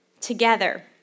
Together